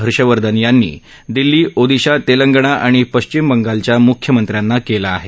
हर्षवर्धन यांनी दिल्ली ओदिशा तेलंगणा आणि पश्चिम बंगालच्या मुख्यमंत्र्यांना केलं आहे